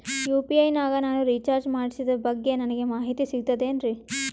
UPI ನಾಗ ನಾನು recharge ಮಾಡಿಸಿದ ಬಗ್ಗೆ ನನಗೆ ಮಾಹಿತಿ ಸಿಗುತೇನ್ರೀ?